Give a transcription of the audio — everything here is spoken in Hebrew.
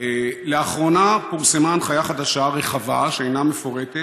לאחרונה פורסמה הנחיה חדשה, רחבה, שאינה מפורטת,